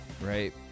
right